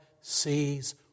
sees